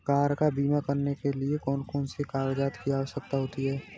Car का बीमा करने के लिए कौन कौन से कागजात की आवश्यकता होती है?